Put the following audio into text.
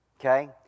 Okay